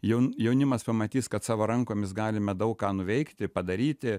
jaunimas pamatys kad savo rankomis galime daug ką nuveikti padaryti